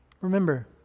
Remember